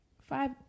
Five